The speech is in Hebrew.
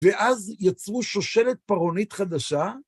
ואז יצרו שושלת פרעונית חדשה.